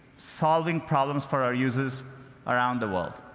solving problems for our users around the world.